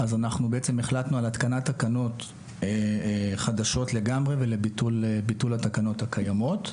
החלטנו על התקנת תקנות חדשות לגמרי לביטול התקנות הקיימות.